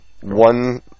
one